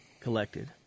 collected